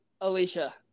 Alicia